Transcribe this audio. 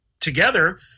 together